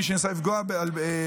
מי שניסה לפגוע באנשים,